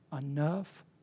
Enough